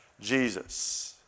Jesus